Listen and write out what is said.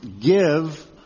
give